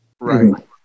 Right